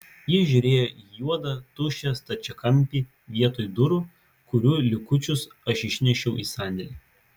ji žiūrėjo į juodą tuščią stačiakampį vietoj durų kurių likučius aš išnešiau į sandėlį